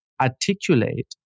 articulate